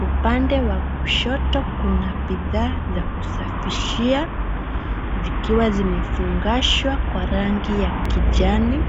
Upande wa kushoto kuna bidhaa za kusafishia zikiwa zimefungashwa kwa rangi ya kijani.